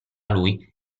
lui